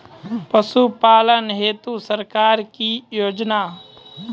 पशुपालन हेतु सरकार की योजना?